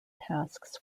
tasks